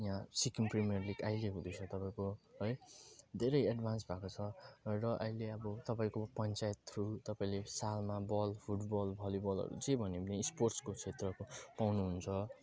यहाँ Sikkim premier league अहिले हुँदैछ तपाईँको है धेरै एडभान्स भएको छ र अहिले अब तपाईँको पञ्चायत थ्रु तपाईँले सालमा बल फुटबल भलिबलहरू जे भने पनि स्पोर्ट्सको क्षेत्रको पाउनुहुन्छ